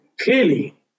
clearly